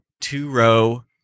two-row